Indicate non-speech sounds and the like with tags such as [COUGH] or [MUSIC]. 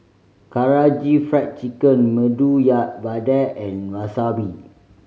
Karaage Fried Chicken Medu [UNINTELLIGIBLE] Vada and Wasabi